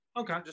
Okay